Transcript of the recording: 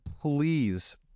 Please